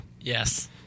Yes